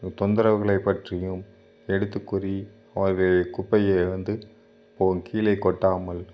தொந்தரவுகளை பற்றியும் எடுத்துக்கூறி அவர்களையே குப்பையை வந்து போ கீழே கொட்டாமல்